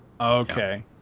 Okay